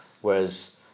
Whereas